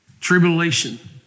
tribulation